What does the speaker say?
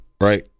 right